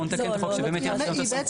בואו נתקן את החוק שבאמת יש לך גם את הסמכות.